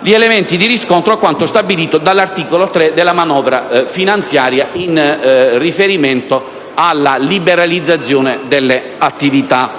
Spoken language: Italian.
gli elementi di riscontro a quanto stabilito dall'articolo 3 della manovra finanziaria in riferimento alla liberalizzazione delle attività